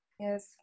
yes